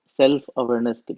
self-awareness